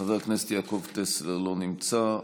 חבר הכנסת יעקב טסלר, לא נמצא.